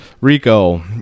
Rico